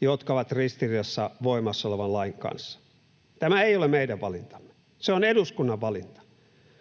jotka ovat ristiriidassa voimassa olevan lain kanssa. Tämä ei ole meidän valintamme. Se on eduskunnan valinta.